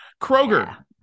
Kroger